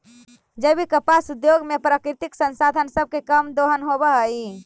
जैविक कपास उद्योग में प्राकृतिक संसाधन सब के कम दोहन होब हई